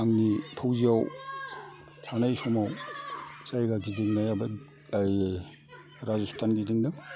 आंनि फौजियाव थानाय समाव जायगा गिदिंनाया ओइ राज'स्थान गिदिंदों